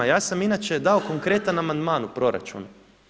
Ja sam inače dao konkretan amandman u proračunu.